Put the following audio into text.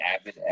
avid